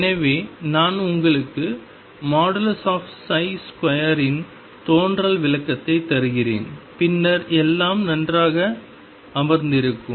எனவே நான் உங்களுக்கு 2 இன் தோன்றல் விளக்கத்தை தருகிறேன் பின்னர் எல்லாம் நன்றாக அமர்ந்திருக்கும்